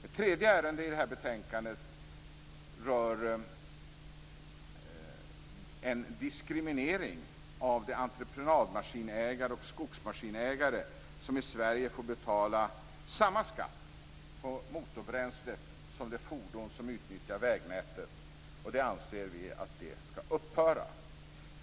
Ett tredje ärende i betänkandet rör en diskriminering av de entreprenadmaskinägare och skogsmaskinägare som i Sverige får betala samma skatt på motorbränslet som man betalar för de fordon som utnyttjar vägnätet. Vi anser att detta skall upphöra.